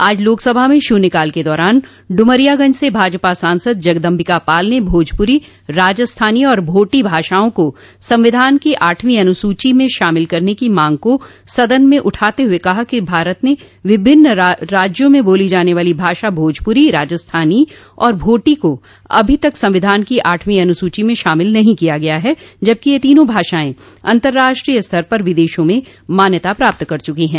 आज लोकसभा में शून्यकाल के दौरान ड्रमरियागंज से भाजपा सांसद जगदम्बिका पाल ने भोजपुरी राजस्थानी और भोटी भाषाओं को संविधान के आठवें अनुसूचित में शामिल करने की मांग को सदन में उठाते हुए कहा कि भारत ने विभिन्न राज्यों में बोली जाने वाली भाषा भोजपुरी राजस्थानी और भोटी का अभी तक संविधान की आठवीं अनुसूचो में शामिल नहीं किया गया है जबकि यह तीनों भाषाएं अतंर्राष्ट्रीय स्तर पर विदेशों में मान्यता प्राप्त कर चुकी है